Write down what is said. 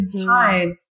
time